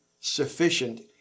sufficient